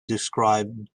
described